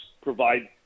provide